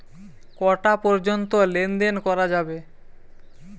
কটা পর্যন্ত লেন দেন করা যাবে?